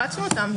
הפצנו אותם.